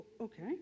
Okay